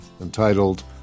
entitled